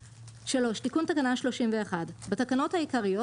3. בתקנות העיקריות,